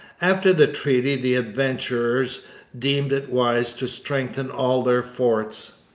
after the treaty the adventurers deemed it wise to strengthen all their forts.